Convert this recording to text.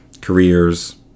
Careers